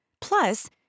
Plus